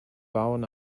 bowen